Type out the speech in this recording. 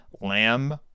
lamb